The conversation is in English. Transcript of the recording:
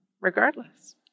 regardless